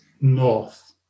north